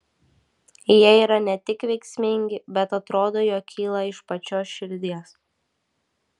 jie yra ne tik veiksmingi bet atrodo jog kyla iš pačios širdies